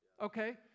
okay